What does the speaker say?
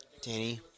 Danny